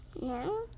No